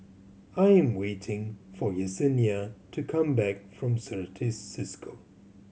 I am waiting for Yessenia to come back from Certis Cisco